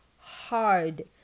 hard